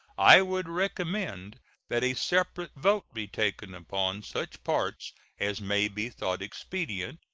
i would recommend that a separate vote be taken upon such parts as may be thought expedient,